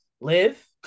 live